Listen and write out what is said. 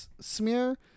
smear